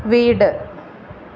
വീട്